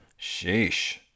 Sheesh